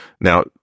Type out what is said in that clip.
Now